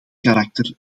karakter